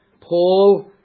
Paul